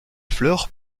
fleur